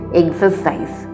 exercise